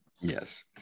Yes